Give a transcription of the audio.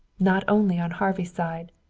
not only on harvey's side.